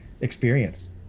experience